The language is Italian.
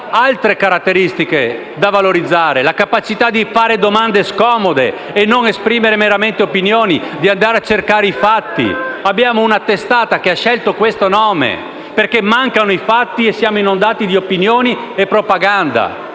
altre caratteristiche da valorizzare: la capacità di fare domande scomode e non esprimere meramente opinioni, di andare a cercare i fatti. Abbiamo una testata che ha scelto questo nome perché mancano i fatti e siamo inondati di opinioni e propaganda.